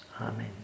Amen